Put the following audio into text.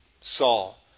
Saul